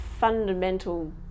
fundamental